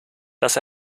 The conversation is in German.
das